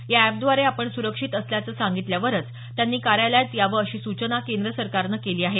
या एपद्वारे आपण सुरक्षित असल्याचं सांगितल्यावरच त्यांनी कार्यालयात यावं अशी सूचना केंद्र सरकारनं केली आहे